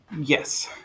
Yes